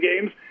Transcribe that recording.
games